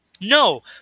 No